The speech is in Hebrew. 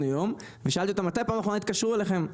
היום ושאלתי אותם מתי פעם אחרונה התקשרו אליכם?